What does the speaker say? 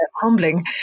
humbling